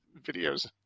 videos